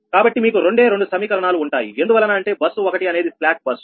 కాబట్టి మీకు రెండే రెండు సమీకరణాలు ఉంటాయి ఎందువలన అంటే బస్సు 1 అనేది స్లాక్ బస్సు